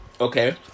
Okay